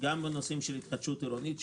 גם בנושאים של התחדשות עירונית,